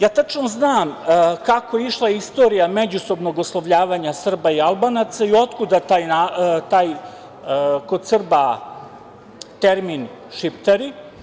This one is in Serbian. Tačno znam kako je išla istorija međusobnog oslovljavanja Srba i Albanaca i otkuda taj, kod Srba termin Šiptari.